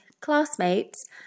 classmates